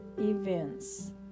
Events